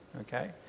okay